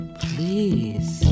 please